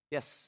Yes